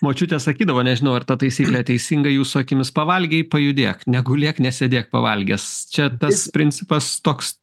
močiutė sakydavo nežinau ar ta taisyklė teisinga jūsų akimis pavalgei pajudėk negulėk nesėdėk pavalgęs čia tas principas toks